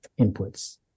inputs